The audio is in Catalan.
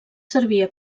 servia